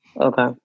Okay